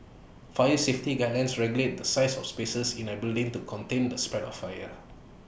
fire safety guidelines regulate the size of spaces in A building to contain the spread of fire